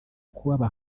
kubaba